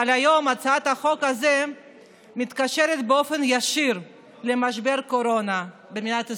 אבל היום הצעת החוק הזאת מתקשרת באופן ישיר למשבר הקורונה במדינת ישראל,